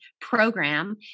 program